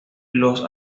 los